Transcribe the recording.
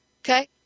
Okay